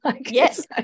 yes